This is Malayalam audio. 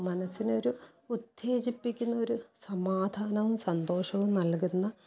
മനസിനൊരു ഉത്തേജിപ്പിക്കുന്നൊരു സമാധാനവും സന്തോഷവും നൽകുന്ന